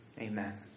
Amen